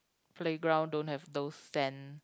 playground don't have those sand